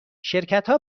شرکتها